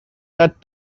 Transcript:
that